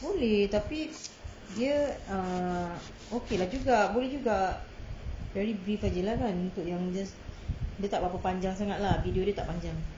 boleh tapi dia err okay lah juga boleh juga very brief aje lah kan untuk yang just dia tak berapa panjang sangat lah video dia tak panjang